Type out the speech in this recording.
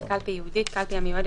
nCoV); "קלפי ייעודית" קלפי המיועדת